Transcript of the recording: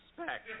respect